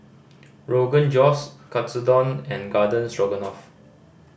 Rogan Josh Katsudon and Garden Stroganoff